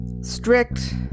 strict